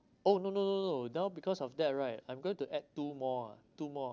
oh no no no no now because of that right I'm going to add two more ah two more